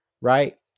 Right